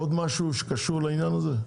עוד משהו שקשור לעניין הזה?